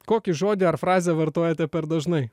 kokį žodį ar frazę vartojate per dažnai